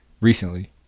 Recently